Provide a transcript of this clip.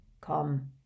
Come